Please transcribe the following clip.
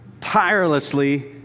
tirelessly